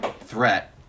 threat